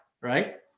right